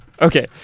Okay